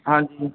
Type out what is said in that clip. ਹਾਂਜੀ